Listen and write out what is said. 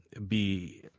be,